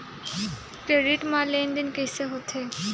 Credit मा लेन देन कइसे होथे?